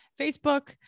Facebook